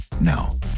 No